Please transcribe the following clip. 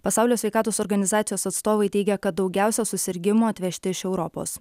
pasaulio sveikatos organizacijos atstovai teigia kad daugiausia susirgimų atvežti iš europos